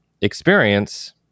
experience